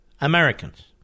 Americans